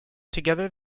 together